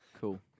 Cool